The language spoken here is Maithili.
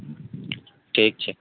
ठीक छै